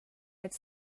it’s